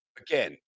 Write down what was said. again